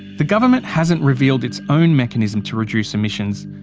the government hasn't revealed its own mechanism to reduce emissions,